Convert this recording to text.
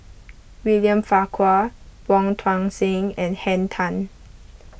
William Farquhar Wong Tuang Seng and Henn Tan